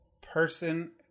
person